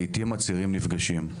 לעיתים הצירים נפגשים.